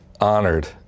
honored